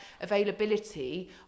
availability